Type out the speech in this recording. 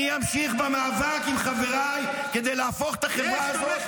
אני אמשיך במאבק עם חבריי כדי להפוך את החברה הזאת -- לך,